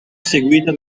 seguita